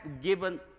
given